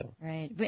Right